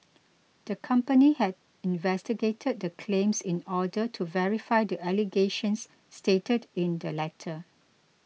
the company had investigated the claims in order to verify the allegations stated in the letter